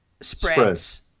spreads